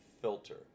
filter